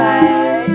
Bye